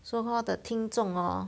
so called the 听众 orh